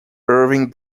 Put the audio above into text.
irving